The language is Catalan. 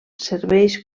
serveix